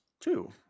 Two